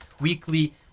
weekly